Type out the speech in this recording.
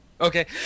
Okay